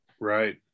Right